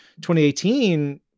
2018